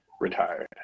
retired